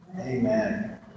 Amen